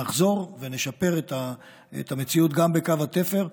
לחזור ולשפר את המציאות גם בקו התפר.